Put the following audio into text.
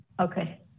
Okay